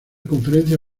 conferencia